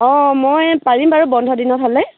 অঁ মই পাৰিম বাৰু বন্ধ দিনত হ'লে